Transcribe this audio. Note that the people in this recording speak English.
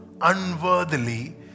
unworthily